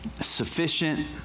sufficient